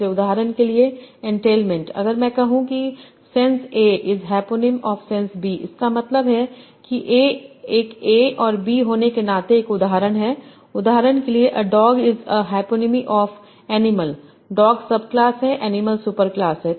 इसलिए उदाहरण के लिए एंटैलमेन्ट अगर मैं कहूं कि sense A is hyponymy of sense B इसका मतलब है कि ए एक ए और बी होने के नाते एक उदाहरण है उदाहरण के लिएअ dog is a hyponymy of animal dog subclass है एनिमल सुपरक्लास है